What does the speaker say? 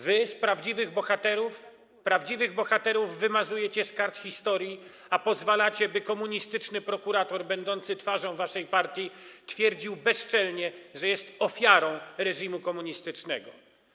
Wy prawdziwych bohaterów wymazujecie z kart historii, a pozwalacie, by komunistyczny prokurator będący twarzą waszej partii twierdził bezczelnie, że jest ofiarą reżimu komunistycznego.